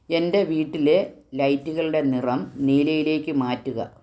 എൻ്റെ വീട്ടിലെ ലൈറ്റുകളുടെ നിറം നീലയിലേക്ക് മാറ്റുക